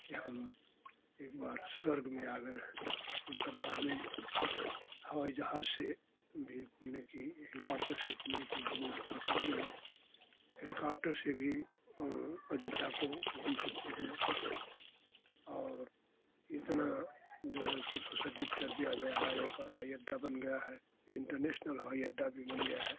कि हम एक बार स्वर्ग में आ गए हैं अब तो सरकार ने हवाई जहाज से भी घूमने की हेलिकॉप्टर से घूमने की भी व्यवस्था कर दी है हेलिकॉप्टर से भी अयोध्या को घूम सकते हैं और इतना जो है उसको सुसज्जित कर दिया गया है वहाँ पर हवाई अड्डा बन गया है इंटरनेशनल हवाई अड्डा भी बन गया है